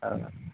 औ